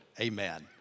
Amen